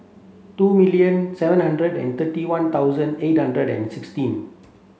two million seven hundred and thirty one thousand eight hundred and sixteen